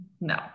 no